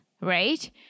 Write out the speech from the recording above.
right